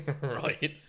Right